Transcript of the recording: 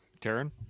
Taryn